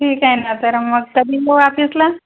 ठीक आहे ना तर मग कधी येऊ ऑपिसला